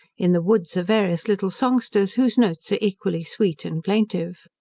in the woods are various little songsters, whose notes are equally sweet and plaintive.